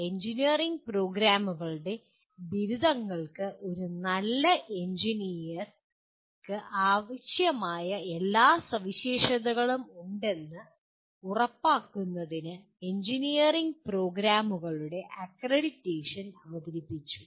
engineering പ്രോഗ്രാമുകളുടെ ബിരുദധാരികൾക്ക് ഒരു നല്ല എഞ്ചിനീയർക്ക് ആവശ്യമായ എല്ലാ സവിശേഷതകളും ഉണ്ടെന്ന് ഉറപ്പാക്കുന്നതിന് എഞ്ചിനീയറിംഗ് പ്രോഗ്രാമുകളുടെ അക്രഡിറ്റേഷൻ അവതരിപ്പിച്ചു